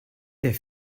der